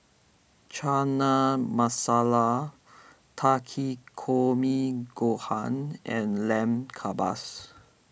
Chana Masala Takikomi Gohan and Lamb Kebabs